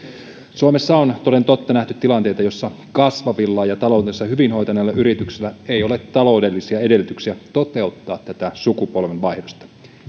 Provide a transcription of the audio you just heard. suomessa on toden totta nähty tilanteita joissa kasvavilla ja taloutensa hyvin hoitaneilla yrityksillä ei ole taloudellisia edellytyksiä toteuttaa tätä sukupolvenvaihdosta